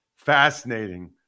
Fascinating